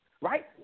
Right